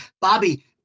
Bobby